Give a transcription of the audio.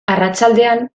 arratsaldean